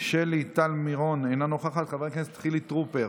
שלי טל מירון, אינה נוכחת, חבר הכנסת חילי טרופר,